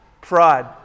pride